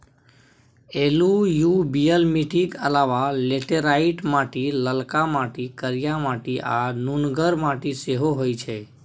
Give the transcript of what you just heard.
एलुयुबियल मीटिक अलाबा लेटेराइट माटि, ललका माटि, करिया माटि आ नुनगर माटि सेहो होइ छै